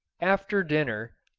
after dinner,